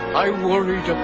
i worried